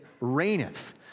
reigneth